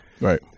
Right